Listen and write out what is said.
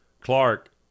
Clark